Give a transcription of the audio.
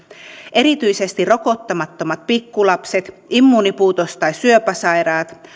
erityisesti rokottamattomat pikkulapset immuunipuutos tai syöpäsairaat